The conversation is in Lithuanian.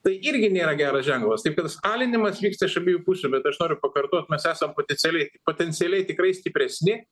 tai irgi nėra geras ženklas taip kad salinimas vyksta iš abiejų pusių bet aš noriu pakartot mes esam potencialiai potencialiai tikrai stipresni